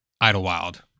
Idlewild